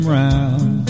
round